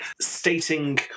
stating